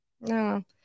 no